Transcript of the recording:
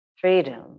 freedom